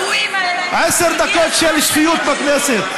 עשר דקות של שפיות בכנסת.